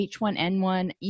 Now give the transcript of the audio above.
H1N1